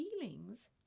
Feelings